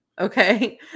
Okay